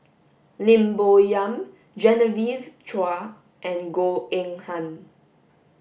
Lim Bo Yam Genevieve Chua and Goh Eng Han